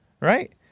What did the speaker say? right